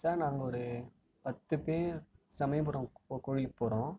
sir நாங்கள் ஒரு பத்து பேர் சமயபுரம் கோவிலுக்கு போகிறோம்